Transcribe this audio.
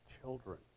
children